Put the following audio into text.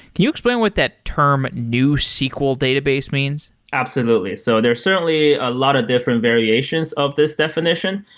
can you explain what that term newsql database means? absolutely. so there're certainly a lot of different variations of this definition,